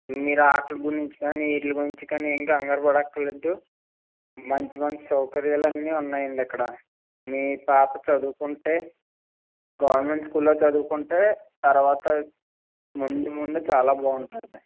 మీరు అటల గురించి కానీ వీటి గురించి కానీ కంగారుపడనక్కర్లేదు మంచి మంచి సౌకర్యాలు అన్నీ ఉన్నాయండి అక్కడ మీ పాప చదువుకుంటే గవర్నమెంట్ స్కూల్లో చదువుకుంటే తర్వాత ముందు ముందు చాలా బాగుంటుంది